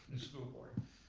the school board,